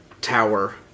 tower